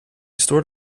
stored